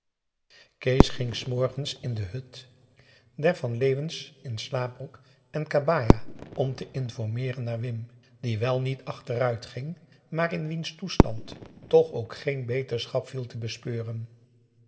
kees ging s morgens in de hut der van leeuwens in slaapbroek en kabaja om te informeeren naar wim die wel niet achteruit ging maar in wiens toestand toch ook geen beterschap viel te bespeuren